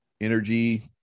energy